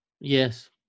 Yes